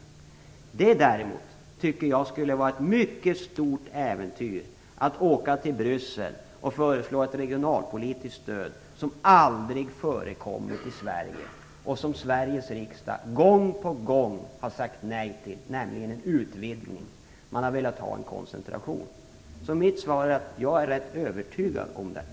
Jag tycker däremot att det skulle vara ett mycket stort äventyr att åka till Bryssel och föreslå ett regionalpolitiskt stöd som aldrig förekommer i Sverige och som Sveriges riksdag gång på gång har sagt nej till, nämligen en utvidgning. Riksdagen har velat ha en koncentration. Mitt svar är att jag är rätt övertygad om om detta.